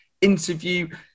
interview